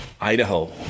Idaho